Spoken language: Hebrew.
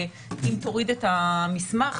ואם תוריד את המסמך,